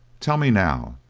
tell me now,